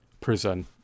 prison